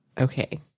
Okay